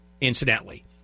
incidentally